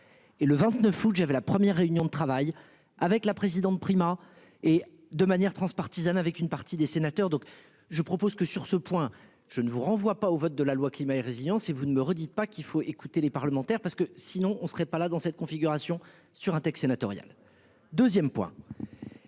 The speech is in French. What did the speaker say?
et le 29 août. J'avais la première réunion de travail avec la présidente Prima et de manière transpartisane avec une partie des sénateurs donc je propose que sur ce point je ne vous renvoie pas au vote de la loi climat et résilience et vous ne me redit pas qu'il faut écouter les parlementaires parce que sinon on serait pas là. Dans cette configuration sur un texte sénatorial 2ème point.